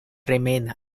remain